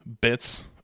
bits